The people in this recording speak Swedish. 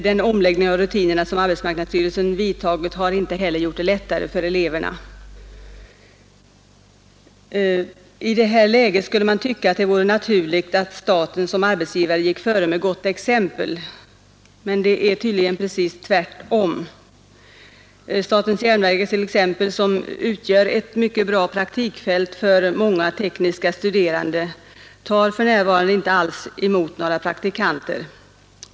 Den omläggning av rutinerna som arbetsmarknadsstyrelsen vidtagit har inte heller gjort det lättare för eleverna. I detta läge skulle man tycka att det vore naturligt att staten som arbetsgivare gick före med gott exempel. Men det är tydligen precis tvärtom. Statens järnvägar t.ex., som utgör ett mycket bra praktikfält för många tekniska studerande, tar för närvarande inte alls emot några praktikanter.